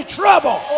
trouble